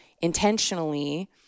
intentionally